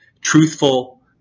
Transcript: truthful